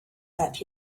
that